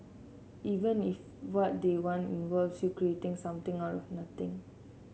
even if what they want involves you creating something out of nothing